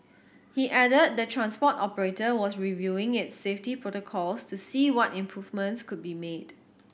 he added the transport operator was reviewing its safety protocols to see what improvements could be made